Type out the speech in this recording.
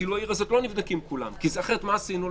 כאילו לא נבדקים בעיר הזאת כולם - אחרת לא עשינו דבר.